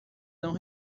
não